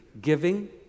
Giving